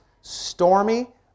stormy